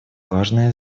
важное